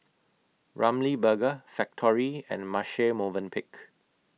Ramly Burger Factorie and Marche Movenpick